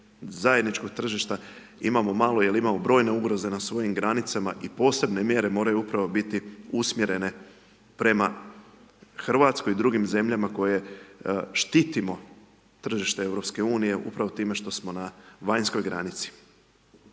zajedničkog tržišta imamo malo jer imamo brojne ugroze na svojim granicama i posebne mjere moraju upravo biti usmjerene prema Hrvatskoj i drugim zemljama koje štitimo tržište EU-a upravo time što smo na vanjskoj granici.